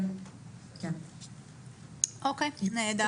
אוקי, נהדר.